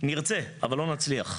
נרצה, אבל לא נצליח.